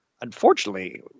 Unfortunately